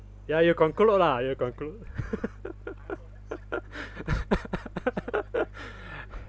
ya you conclude lah you conclude